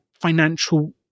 financial